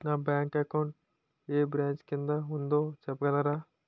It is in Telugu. నా బ్యాంక్ అకౌంట్ ఏ బ్రంచ్ కిందా ఉందో చెప్పగలరా?